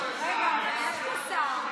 רגע, אבל יש פה שר.